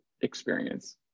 experience